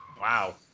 Wow